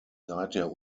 seither